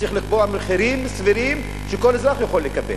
צריך לקבוע מחירים סבירים שכל אזרח יכול לקבל,